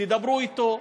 תדברו אתו.